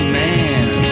man